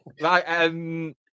Right